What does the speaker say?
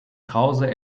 krause